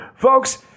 Folks